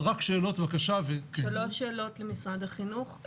שלוש שאלות למשרד החינוך.